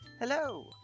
Hello